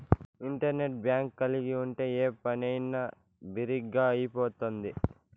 internet bank కలిగి ఉంటే ఏ పనైనా బిరిగ్గా అయిపోతుంది